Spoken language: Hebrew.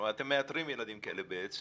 כלומר, אתם מאתרים ילדים כאלה בעצם